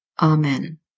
Amen